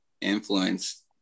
influence